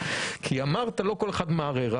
כי אמרת שלא כל אחד מערער,